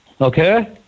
okay